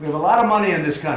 lot of money in this